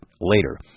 later